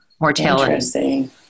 mortality